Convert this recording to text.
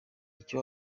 icyo